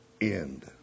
end